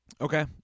Okay